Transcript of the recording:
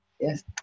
Yes